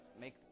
Make